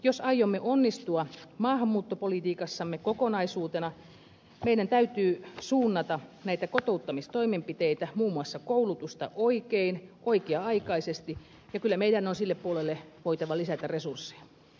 jos aiomme onnistua maahanmuuttopolitiikassamme kokonaisuutena meidän täytyy suunnata näitä kotouttamistoimenpiteitä muun muassa koulutusta oikein oikea aikaisesti ja kyllä meidän on sille puolelle voitava lisätä resursseja